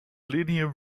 linear